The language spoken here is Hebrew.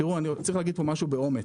צריך להגיד פה משהו באומץ.